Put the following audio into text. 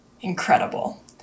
incredible